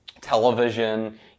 television